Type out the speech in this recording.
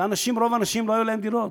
לרוב האנשים לא היו דירות,